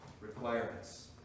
requirements